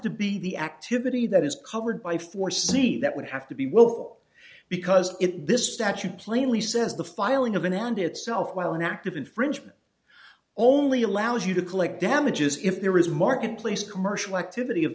to be the activity that is covered by four c that would have to be willful because it this statute plainly says the filing of an end itself while an act of infringement only allows you to collect damages if there is marketplace commercial activity of